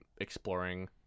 exploring